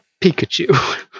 Pikachu